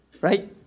right